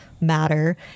matter